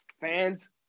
fans